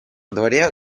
дворе